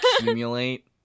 accumulate